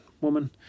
woman